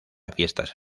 fiestas